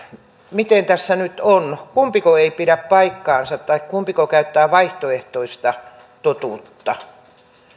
miten tässä nyt on kumpiko ei pidä paikkaansa tai kumpiko käyttää vaihtoehtoista totuutta